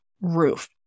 roof